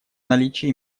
наличии